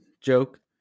joke